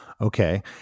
Okay